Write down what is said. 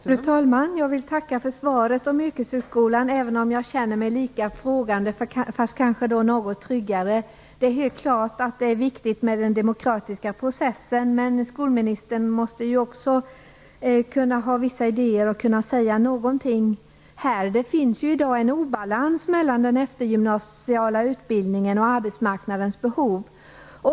Fru talman! Jag vill tacka för svaret om yrkeshögskolan även om jag känner mig lika frågande, fast kanske något tryggare. Det är helt klart att det är viktigt med den demokratiska processen. Men skolministern måste också kunna ha vissa idéer och kunna säga någonting här. Det finns i dag en obalans mellan den eftergymnasiala utbildningen och arbetsmarknadens behov.